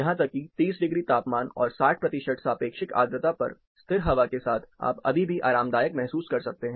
यहां तक कि 30 डिग्री तापमान और 60 प्रतिशत सापेक्षिक आर्द्रता पर स्थिर हवा के साथ आप अभी भी आरामदायक महसूस कर सकते हैं